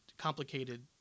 complicated